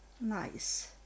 nice